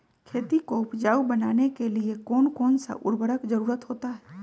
खेती को उपजाऊ बनाने के लिए कौन कौन सा उर्वरक जरुरत होता हैं?